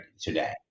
today